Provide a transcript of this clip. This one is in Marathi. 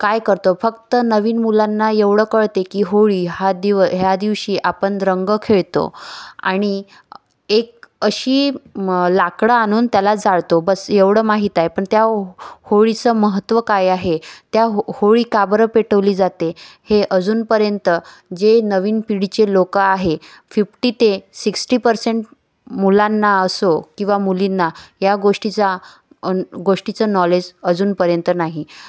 काय करतो फक्त नवीन मुलांना एवढं कळते की होळी हा दिव ह्या दिवशी आपण रंग खेळतो आणि एक अशी लाकडं आणून त्याला जाळतो बस एवढं माहित आहे पन त्या होळी च महत्व काय आहे त्या हो होळी का बरं पेटवली जाते हे अजून पर्यंत जे नवीन पिढीचे लोकं आहे फिफ्टी ते सिक्सटी पर्सेंट मुलांना असो किंवा मुलींना या गोष्टीचा गो गोष्टीचा नॉलेज अजून पर्यंत नाही